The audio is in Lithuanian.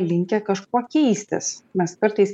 linkę kažkuo keistis mes kartais